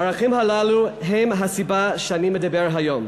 הערכים הללו הם הסיבה שאני מדבר היום.